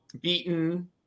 beaten